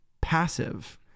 passive